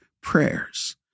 prayers